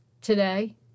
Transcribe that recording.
Today